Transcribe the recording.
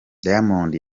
diamond